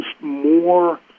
more